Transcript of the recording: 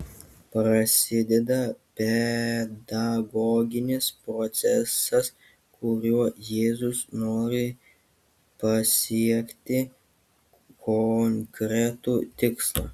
prasideda pedagoginis procesas kuriuo jėzus nori pasiekti konkretų tikslą